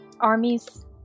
Armies